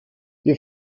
wir